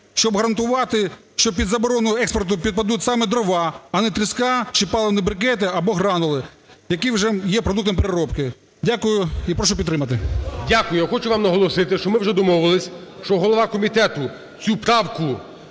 щоб гарантувати, що під заборону експорту підпадуть саме дрова, а не тріска чи паливні брикети, або гранули, які вже є продуктом переробки. Дякую і прошу підтримати. ГОЛОВУЮЧИЙ. Дякую. Я хочу вам наголосити, що ми вже домовились, що голова комітету цю правку